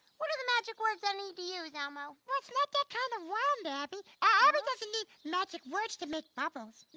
what are the magic words i need to use elmo? well it's not that kind of wand abby. abby doesn't need magic words to make bubbles.